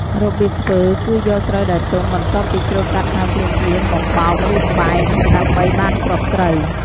របៀបធ្វើគឺយកស្រូវដែលទុំ បន្ទាប់ពីច្រូតកាត់ហើយភ្លាមៗ មកបោក ឬបែនដើម្បីបានគ្រាប់ស្រូវ។